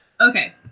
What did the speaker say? Okay